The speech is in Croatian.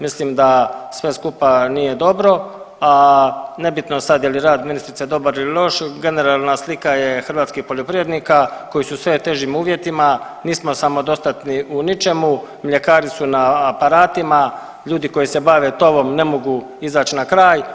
Mislim da sve skupa nije dobro, a nebitno sad je li rad ministrice dobar ili loš, generalna slika je hrvatskih poljoprivrednika koji su u sve težim uvjetima, nismo samodostatni u ničemu, mljekari su na aparatima, ljudi koji se bave tovom ne mogu izaći na kraj.